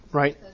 right